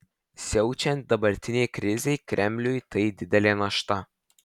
siaučiant dabartinei krizei kremliui tai didelė našta